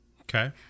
Okay